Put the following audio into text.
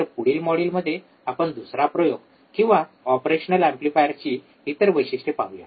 तर पुढील मॉड्यूलमध्ये आपण दुसरा प्रयोग किंवा ऑपरेशनल एंपलीफायरची इतर वैशिष्ट्ये पाहू